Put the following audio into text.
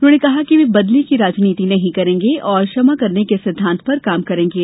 उन्होंने कहा कि वे बदले की राजनीति नहीं करेंगे और क्षमा करने के सिद्धान्त पर काम करेंगे